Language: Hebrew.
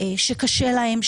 שקשה להם,